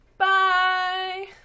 Bye